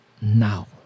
now